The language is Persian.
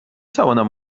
توانم